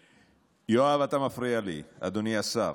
יואב, אתה מפריע לי, אדוני השר.